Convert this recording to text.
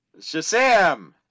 Shazam